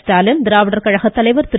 ஸ்டாலின் திராவிடர் கழகத்தலைவர் திரு